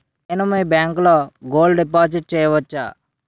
నేను మీ బ్యాంకులో గోల్డ్ డిపాజిట్ చేయవచ్చా?